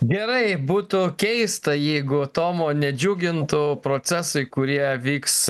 gerai būtų keista jeigu tomo nedžiugintų procesai kurie vyks